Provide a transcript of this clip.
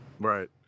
right